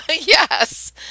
yes